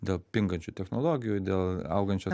dėl pingančių technologijų dėl augančios